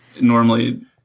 normally